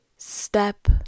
step